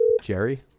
Jerry